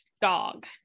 Dog